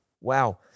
Wow